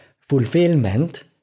fulfillment